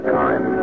time